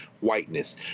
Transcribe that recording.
whiteness